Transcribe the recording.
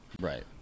right